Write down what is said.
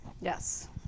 Yes